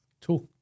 Talk